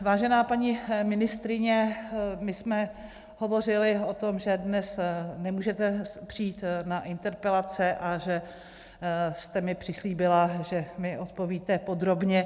Vážená paní ministryně, my jsme hovořily o tom, že dnes nemůžete přijít na interpelace a že jste mi přislíbila, že mi odpovíte podrobně.